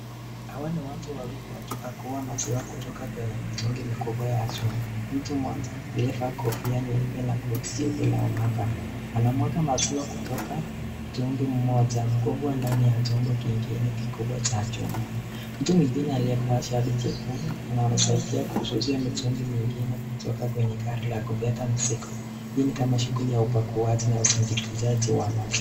Hawa ni watu wawili wakipakua maziwa kutoka kwenye mitungi mikubwa ya chuma. Mtu mmoja, aliyevaa kofia nyeupe na koti nyeupe la maabara, anamwaga maziwa kutoka mtungi mmoja mkubwa ndani ya chombo kingine kikubwa cha chuma. Mtu mwingine aliyevaa shati jekundu anawasaidia kushusha mitungi mingine kutoka kwenye gari la kubeba mzigo. Hii ni kama shughuli ya upakuaji na usindikizaji wa maziwa.